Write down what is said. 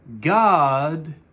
God